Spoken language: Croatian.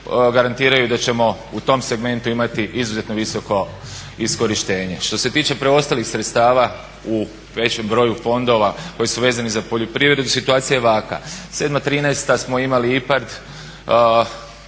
garantiraju da ćemo u tom segmentu imati izuzetno visoko iskorištenje. Što se tiče preostalih sredstava u većem broju fondova koji su vezani za poljoprivredu situacija je ovakva 2007.-2013. smo imali IPARD